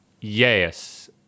Yes